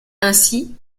ainsi